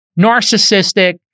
narcissistic